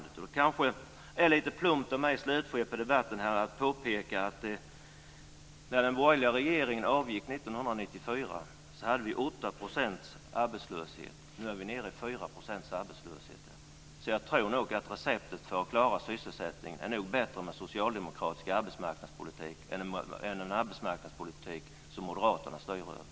Det är kanske plumpt av mig att i slutskedet på debatten påpeka att vi när den borgerliga regeringen avgick 1994 hade 8 % arbetslöshet och att vi nu är nere i 4 % arbetslöshet. Jag tror nog att receptet för att klara sysselsättningen är bättre med socialdemokratisk arbetsmarknadspolitik än med en arbetsmarknadspolitik som moderaterna styr över.